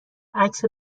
عکس